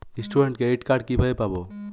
Student credit card কিভাবে পাব?